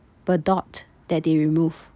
per dot that they remove